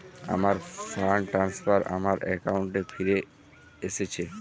আমার fund transfer আমার অ্যাকাউন্টে ফিরে এসেছে